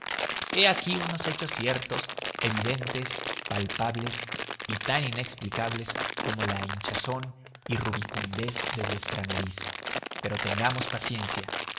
he aquí unos hechos ciertos evidentes palpables y tan inexplicables como la hinchazón y rubicundez de vuestra nariz pero tengamos paciencia